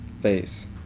face